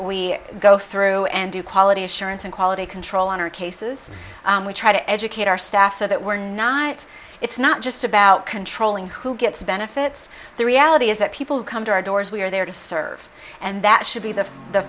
we go through and do quality assurance and quality control on our cases we try to educate our staff so that we're not it's not just about controlling who gets benefits the reality is that people come to our doors we are there to serve and that should be the the